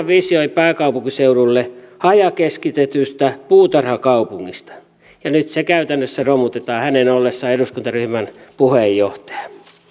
visioi pääkaupunkiseudulle hajakeskitettyä puutarhakaupunkia ja nyt se käytännössä romutetaan hänen ollessaan eduskuntaryhmän puheenjohtaja